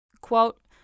Quote